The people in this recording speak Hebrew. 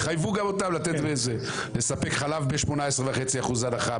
תחייבו גם אותם לתת בזה: לספק חלב ב-18.5% הנחה,